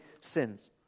sins